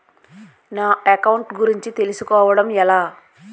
నా అకౌంట్ గురించి తెలుసు కోవడం ఎలా?